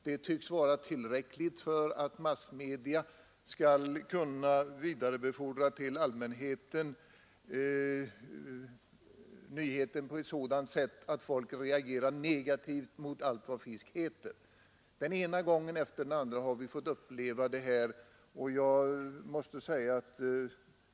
Det tycks vara tillräckligt för att massmedia skall kunna vidarebefordra nyheten till allmänheten på ett sådant sätt att folk reagerar negativt mot allt vad fisk heter. Den ena gången efter den andra har vi fått uppleva detta.